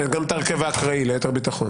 גם את ההרכב האקראי ליתר ביטחון.